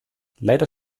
leider